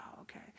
okay